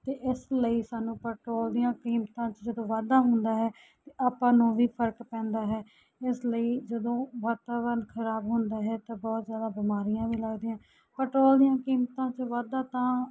ਅਤੇ ਇਸ ਲਈ ਸਾਨੂੰ ਪੈਟਰੋਲ ਦੀਆਂ ਕੀਮਤਾਂ 'ਚ ਜਦੋਂ ਵਾਧਾ ਹੁੰਦਾ ਹੈ ਆਪਾਂ ਨੂੰ ਵੀ ਫਰਕ ਪੈਂਦਾ ਹੈ ਇਸ ਲਈ ਜਦੋਂ ਵਾਤਾਵਰਨ ਖਰਾਬ ਹੁੰਦਾ ਹੈ ਤਾਂ ਬਹੁਤ ਜ਼ਿਆਦਾ ਬਿਮਾਰੀਆਂ ਵੀ ਲੱਗਦੀਆਂ ਪੈਟਰੋਲ ਦੀਆਂ ਕੀਮਤਾਂ 'ਚ ਵਾਧਾ ਤਾਂ